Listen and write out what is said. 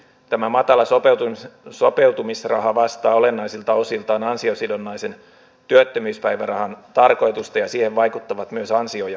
tämä matala sopeutumisraha vastaa olennaisilta osiltaan ansiosidonnaisen työttömyyspäivärahan tarkoitusta ja siihen vaikuttavat myös ansio ja pääomatulot